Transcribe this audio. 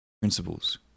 principles